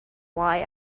why